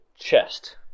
Chest